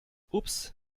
ups